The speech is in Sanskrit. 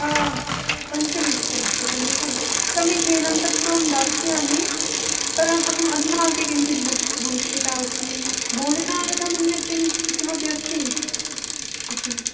पञ्चविंशतिरूप्यकाणि एवं समीचीनं तत्तु अहं दास्यामि परं अहं अधुना अपि किञ्चित् बुब् बुभुक्षिता अस्मि भोजनार्थं अन्यत् किं किमपि अस्ति आपणे